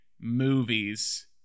Movies